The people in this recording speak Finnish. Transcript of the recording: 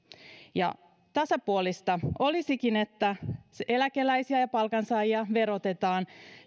tasapuolista olisikin että eläkeläisiä ja palkansaajia verotetaan